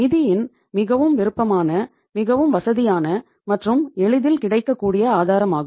நிதியின் மிகவும் விருப்பமான மிகவும் வசதியான மற்றும் எளிதில் கிடைக்கக்கூடிய ஆதாரமாகும்